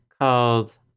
called